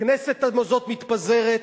הכנסת הזאת מתפזרת,